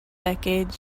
decade